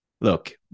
look